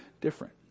different